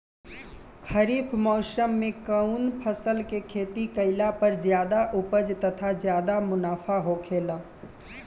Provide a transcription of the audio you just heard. खरीफ़ मौसम में कउन फसल के खेती कइला पर ज्यादा उपज तथा ज्यादा मुनाफा होखेला?